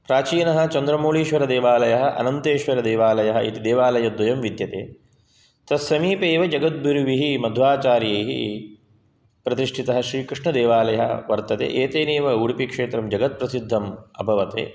प्राचीनः चन्द्रमौळीश्वरदेवालयः अनन्तेश्वरदेवालयः इति देवालयद्वयं विद्यते तत्समीपे एव जगद्गुरुभिः मध्वाचार्यैः प्रतिष्ठितः श्रीकृष्णदेवालयः वर्तते एतेनैव उडुपिक्षेत्रं जगत्प्रसिद्धम् अभवते